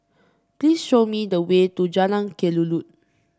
please show me the way to Jalan Kelulut